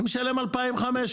אני משלם 2,500,